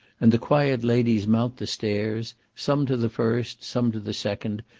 and the quiet ladies mount the stairs, some to the first, some to the second,